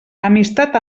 amistat